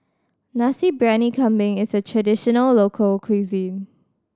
Nasi Briyani Kambing is a traditional local cuisine